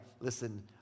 listen